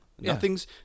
Nothing's